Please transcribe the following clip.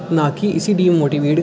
ना कि इसी डिमोटीवेट